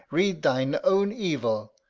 read thine own evil.